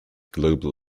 global